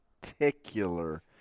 particular